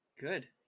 Good